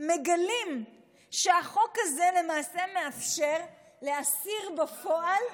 מגלים שהחוק הזה למעשה מאפשר לאסיר בפועל,